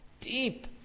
Deep